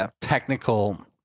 technical